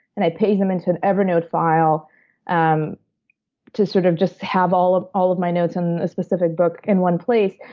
and i paste them into an evernote file um to sort of to have all of all of my notes in a specific book in one place.